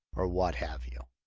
or what have you.